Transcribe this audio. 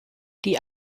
die